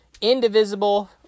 indivisible